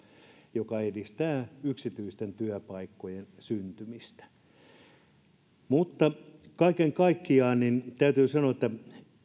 joka edistää yksityisten työpaikkojen syntymistä kaiken kaikkiaan täytyy sanoa että